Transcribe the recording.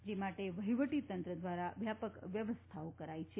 જે માટે વહીવટીતંત્ર દ્વારા વ્યાપક વ્યવસ્થા કરાઇ છે